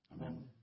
Amen